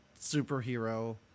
superhero